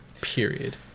period